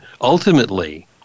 ultimately